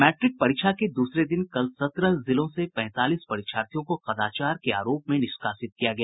matric परीक्षा के दूसरे दिन कल सत्रह जिलों से पैंतालीस परीक्षार्थियों को कदाचार के आरोप में निष्कासित किया गया